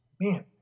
man